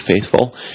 faithful